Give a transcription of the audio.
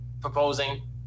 proposing